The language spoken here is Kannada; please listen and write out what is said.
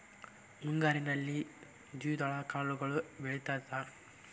ಮುಂಗಾರಿನಲ್ಲಿ ದ್ವಿದಳ ಕಾಳುಗಳು ಬೆಳೆತೈತಾ?